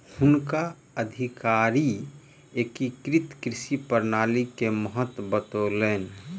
हुनका अधिकारी एकीकृत कृषि प्रणाली के महत्त्व बतौलैन